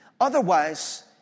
Otherwise